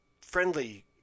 friendly